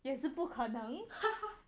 也是不可能